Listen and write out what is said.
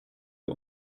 ihr